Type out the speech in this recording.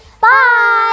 Bye